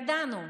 ידענו,